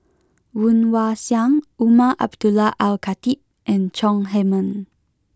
Woon Wah Siang Umar Abdullah Al Khatib and Chong Heman